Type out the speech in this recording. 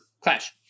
clash